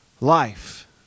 life